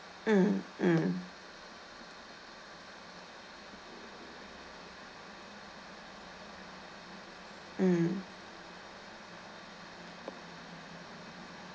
mm mm mm